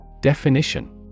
Definition